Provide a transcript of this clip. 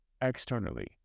externally